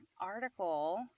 article